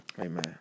Amen